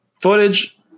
footage